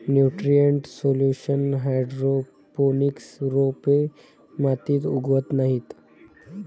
nutrient solution hydroponics रोपे मातीत उगवत नाहीत